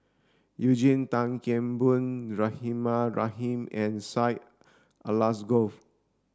Eugene Tan Kheng Boon Rahimah Rahim and Syed Alsagoff